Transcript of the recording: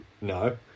No